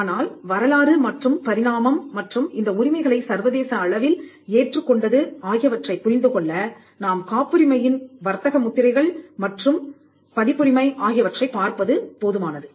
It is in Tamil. ஆனால் வரலாறு மற்றும் பரிணாமம் மற்றும் இந்த உரிமைகளை சர்வதேச அளவில் ஏற்றுக் கொண்டது ஆகியவற்றைப் புரிந்து கொள்ள நாம் காப்புரிமையின் வர்த்தக முத்திரைகள் மற்றும் பதிப்புரிமை ஆகியவற்றைப் பார்ப்பது போதுமானது